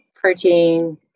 protein